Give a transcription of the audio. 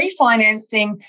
refinancing